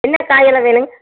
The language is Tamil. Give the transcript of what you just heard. என்னா காயெல்லாம் வேணுங்க